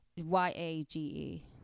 Y-A-G-E